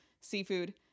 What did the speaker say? seafood